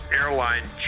Airline